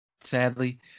Sadly